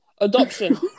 Adoption